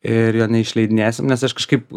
ir jo neišleidinėsim nes aš kažkaip